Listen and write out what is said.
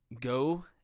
go